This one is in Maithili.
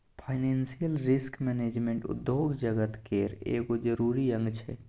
फाइनेंसियल रिस्क मैनेजमेंट उद्योग जगत केर एगो जरूरी अंग छै